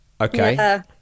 Okay